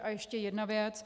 A ještě jedna věc.